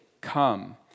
come